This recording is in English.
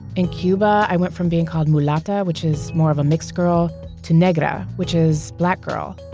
in cuba, i went from being called mulatta, which is more of a mixed girl to negra, which is black girl.